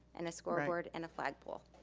and a scoreboard and a flag pole,